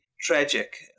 tragic